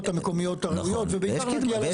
המקומיות הראויות ובעיקר להגיע להסכמות.